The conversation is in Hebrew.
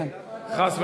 חס וחלילה.